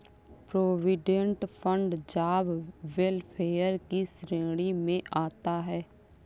provident fund job welfare की श्रेणी में आता है